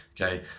okay